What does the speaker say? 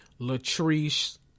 Latrice